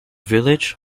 village